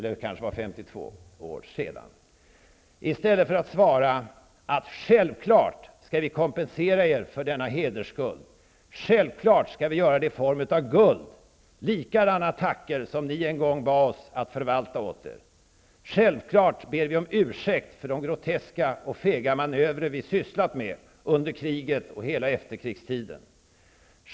Vi skulle då direkt ha svarat: --Självklart skall vi kompensera er för denna hedersskuld, --självklart skall vi göra det i form av guld, i likadana tackor som vi en gång fick att förvalta och, --självklart skall vi be om ursäkt för de groteska och fega manövrer som vi sysslade med under kriget och hela efterkrigstiden.